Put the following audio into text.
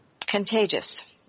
contagious